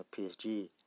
PSG